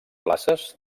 places